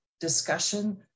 discussion